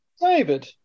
David